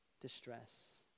distress